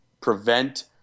prevent